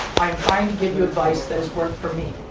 i'm trying to give you advice that's worked for me.